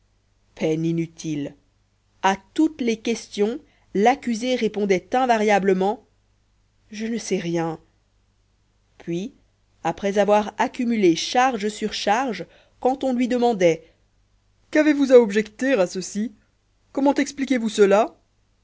peine inutile à toutes les questions l'accusé répondait invariablement je ne sais rien puis après avoir accumulé charge sur charge quand on lui demandait qu'avez-vous à objecter à ceci comment expliquez-vous cela